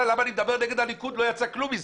למה אני מדבר נגד הליכוד לא יצא כלום מזה.